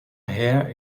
hair